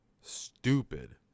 stupid